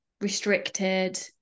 restricted